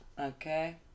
okay